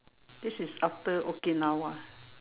this is after Okinawa